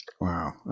Wow